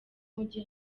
mujye